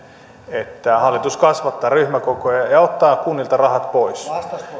että hallitus kasvattaa ryhmäkokoja ja ja ottaa kunnilta rahat pois